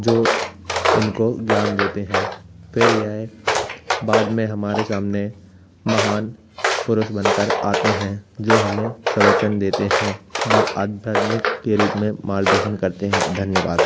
जो इनको ज्ञान देते हैं फिर यह बाद में हमारे सामने महान पुरुष बन कर आते हैं जो हमें प्रवचन देते हैं वह अध्यात्मिक के रूप में मार्गदर्शन करते हैं धन्यवाद